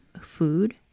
food